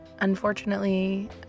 Unfortunately